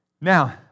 Now